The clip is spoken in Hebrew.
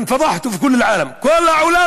(אומר בערבית: הוקיעו אתכם בכל העולם.) כל העולם